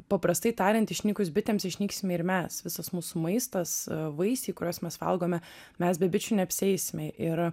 paprastai tariant išnykus bitėms išnyksime ir mes visas mūsų maistas vaisiai kuriuos mes valgome mes be bičių neapsieisime ir